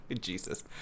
jesus